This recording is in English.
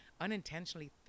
unintentionally